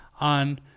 on